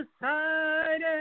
decided